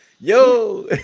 yo